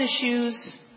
issues